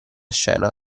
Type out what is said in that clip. scena